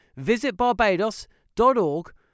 visitbarbados.org